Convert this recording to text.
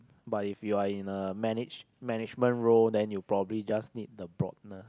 but if you're in a manage management role then you probably just need the broadness